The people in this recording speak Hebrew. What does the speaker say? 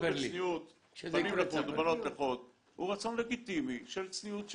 והרצון ללמוד בצניעות בנים לחוד ובנות לחוד הוא רצון לגיטימי של צניעות,